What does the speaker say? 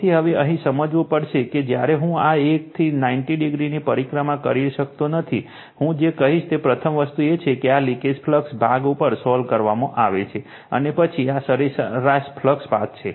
તેથી હવે અહીં સમજવું પડશે કે જ્યારે હું આ 1 થી 90o ની પરિક્રમા કરી શકતો નથી હું જે કહીશ તે પ્રથમ વસ્તુ એ છે કે આ લિકેજ ફ્લક્સ ભાગ પણ સોલ્વ કરવામાં આવે છે અને પછી આ સરેરાશ ફ્લક્સ પાથ છે